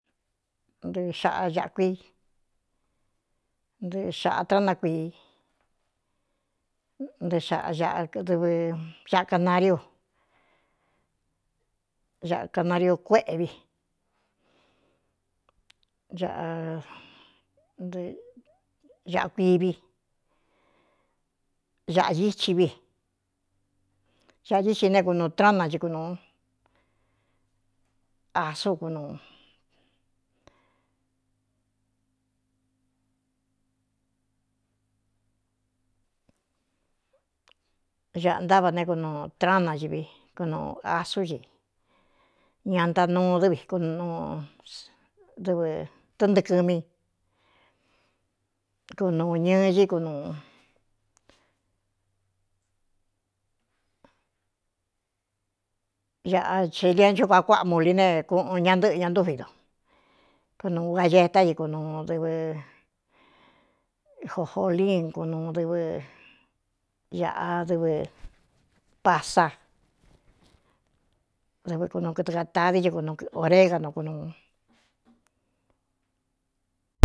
Nɨɨxkuí ntɨɨ xaꞌa trána kuii nɨ dɨɨ aꞌkanariu aꞌ kanariu kuéꞌeviɨākuivi āꞌí i vi āꞌa dɨ xi ne kunu tranachɨ kunūu asu kunu aꞌa ntáva né kunuu trana ci ví kunuu asú ci ña ntaꞌnuu dɨv dɨvɨ tɨꞌɨntɨɨkɨmi kunuu ñɨɨɨkn aꞌa chelia nchukuāá kuáꞌa mu li ne kuꞌūn ña ntɨ́ꞌɨ ña ntúvi nto kunuu gayetá ɨ kunuu dɨvɨ jojolin kunuu dɨɨꞌadɨvɨ pasa dɨvɨ kunu kɨɨɨ katadi ɨkunuuōregano kunu.